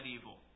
evil